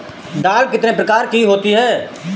दाल कितने प्रकार की होती है?